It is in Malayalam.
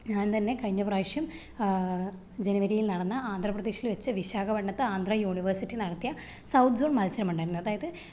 ഞാന് തന്നെ കഴിഞ്ഞ പ്രാവശ്യം ജനുവരിയില് നടന്ന ആന്ധ്രാപ്രദേശില് വെച്ച് വിശാഖപട്ടണത്ത് ആന്ധ്രാ യൂണിവേസ്സിറ്റി നടത്തിയ സൗത്ത് സോൺ മത്സരമുണ്ടായിരുന്നു അതായത്